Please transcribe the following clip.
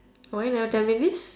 why you never tell me this